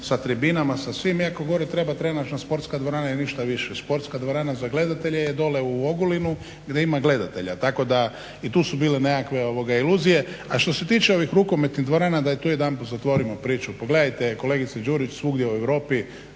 sa tribinama, sa svim, iako gore treba … sportska dvorana i ništa više. Sportska dvorana za gledatelje je dole u Ogulinu gdje ima gledatelja. Tako da i tu su bile nekakve iluzije. A što se tiče ovih rukometnih dvorana da i tu jedanput zatvorimo priču, pogledajte kolegice Đurić svugdje u Europi